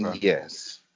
Yes